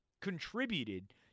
contributed